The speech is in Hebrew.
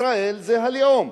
ישראל זה הלאום.